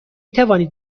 توانید